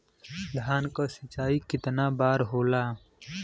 धान क सिंचाई कितना बार होला?